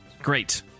Great